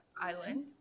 island